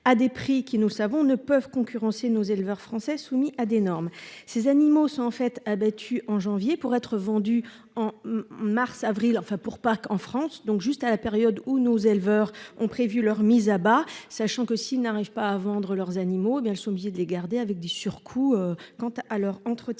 à des prix qui nous savons ne peuvent concurrencer nos éleveurs français soumis à des normes. Ces animaux sont en fait abattu en janvier pour être vendues en mars avril enfin pour pas qu'en France donc juste à la période où nos éleveurs ont prévu leur mise à bas sachant que s'ils n'arrivent pas à vendre leurs animaux mais elles sont obligés de les garder avec des surcoûts quant à leur entretien.